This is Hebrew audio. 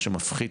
מה שמפחית